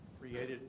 created